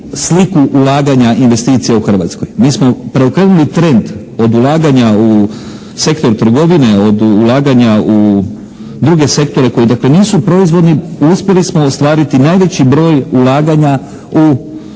sliku ulaganja investicija u Hrvatskoj. Mi smo preokrenuli trend od ulaganja u sektor trgovine, od ulaganja u druge sektore koji dakle nisu proizvodni, uspjeli smo ostvariti najveći broj ulaganja u